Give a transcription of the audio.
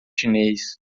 chinês